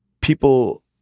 people